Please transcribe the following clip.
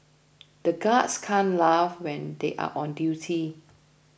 the guards can't laugh when they are on duty